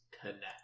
connect